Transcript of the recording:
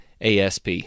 ASP